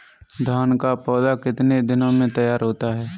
धान का पौधा कितने दिनों में तैयार होता है?